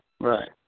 Right